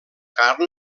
carn